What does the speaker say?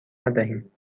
ندهیم